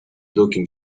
looking